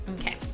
Okay